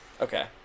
Okay